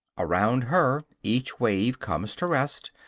around her each wave comes to rest,